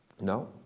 no